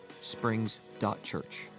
springs.church